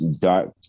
dark